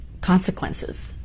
consequences